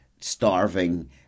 starving